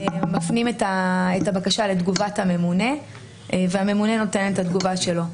מפנים את הבקשה לתגובת הממונה והממונה נותן את התגובה שלו.